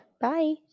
bye